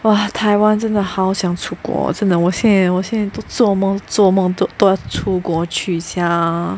!wah! Taiwan 真的好想出国真的我现我现都做梦做梦都要出国去 sia